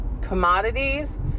commodities